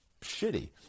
shitty